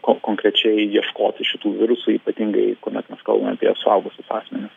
ko konkrečiai ieškoti šitų virusų ypatingai kuomet mes kalbame apie suaugusius asmenis